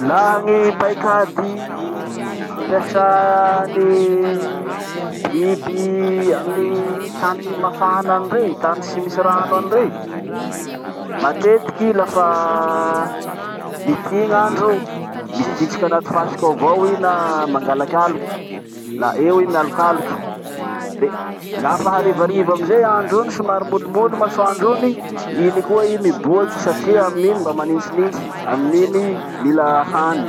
Laha gny paikady ampiasa ny biby amy tany mafana any rey, tany tsy misy rano any rey. Matetiky lafa midi gn'andro, mizitsiky anaty fasiky ao avao i na mangalak'aloky, la eo i mialokaloky. Le lafa harivariva amizay andro iny somary molimoly masoandro iny, iny koa i miboaky satria amininy mba manitsinitsy, amininy mila hany.